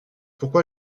pourquoi